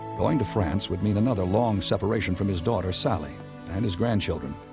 going to france would mean another long separation from his daughter sally and his grandchildren.